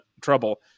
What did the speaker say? trouble